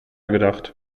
gedacht